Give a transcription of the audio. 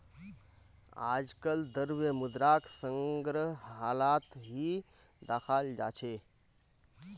आजकल द्रव्य मुद्राक संग्रहालत ही दखाल जा छे